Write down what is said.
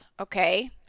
okay